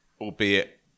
albeit